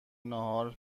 ناهار